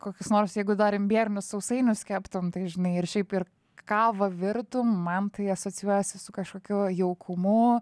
kokius nors jeigu dar imbierinius sausainius keptum tai žinai ir šiaip ir kavą virtum man tai asocijuojasi su kažkokiu jaukumu